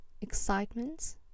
excitement